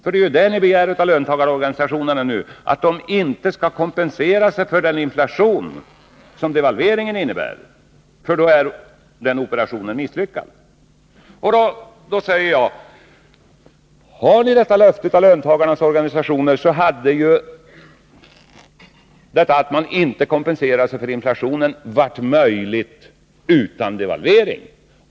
Vad ni nu begär av löntagarorganisationerna är ju just att de inte skall kompensera sig för den inflation som devalveringen innebär, för i så fall skulle ju den operationen vara misslyckad. Nu säger jag: Har ni detta löfte från löntagarnas organisationer, så hade ju detta att man inte kompenserar sig för inflationen varit möjligt utan en devalvering.